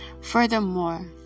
Furthermore